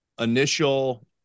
initial